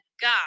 God